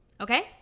Okay